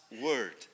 word